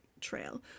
trail